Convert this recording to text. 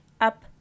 up